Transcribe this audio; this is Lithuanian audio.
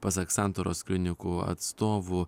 pasak santaros klinikų atstovų